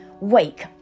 Wake